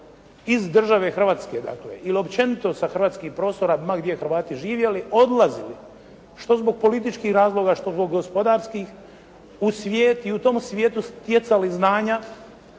iz države Hrvatske, dakle ili općenito sa hrvatskih prostora ma gdje Hrvati živjeli odlazili što zbog političkih razloga što zbog gospodarskih u svijet i u tom svijetu stjecali znanja,